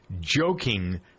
joking